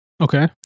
Okay